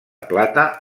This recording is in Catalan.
plata